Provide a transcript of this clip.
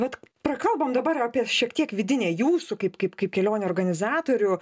vat prakalbam dabar apie šiek tiek vidinę jūsų kaip kaip kaip kelionių organizatorių